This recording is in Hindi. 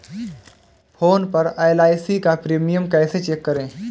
फोन पर एल.आई.सी का प्रीमियम कैसे चेक करें?